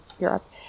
Europe